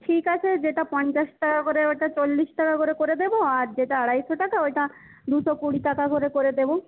ঠিক আছে যেটা পঞ্চাশ টাকা করে ওইটা চল্লিশ টাকা করে করে দেব আর যেটা আড়াইশো টাকা ওইটা দুশো কুড়ি টাকা করে করে দেব